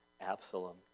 Absalom